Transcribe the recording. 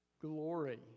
glory